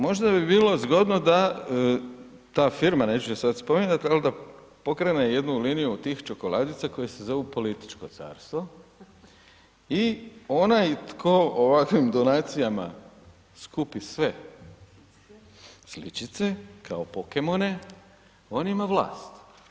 Možda bi bilo zgodno da ta firma, neću je sada spominjati ali da pokrene jednu liniju tih čokoladica koje se zovu političko carstvo i onaj tko ovakvim donacijama skupi sve sličice, kao Pokemone, on ima vlast.